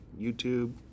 YouTube